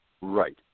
Right